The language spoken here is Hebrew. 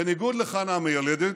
בניגוד לחנה המיילדת,